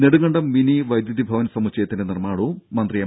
Nedumkandam mini വൈദ്യുതി ഭവൻ സമുച്ചയത്തിന്റെ നിർമ്മാണവും മന്ത്രി എം